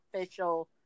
official